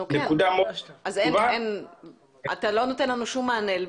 אתה לא נותן לנו כל מענה.